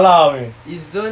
kalah punya